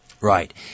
Right